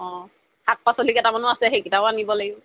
অঁ শাক পাচলি কেইটামানো আছে সেইকেইটাও আনিব লাগিব